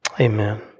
Amen